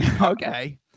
Okay